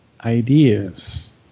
ideas